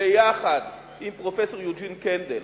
ביחד עם פרופסור יוג'ין קנדל,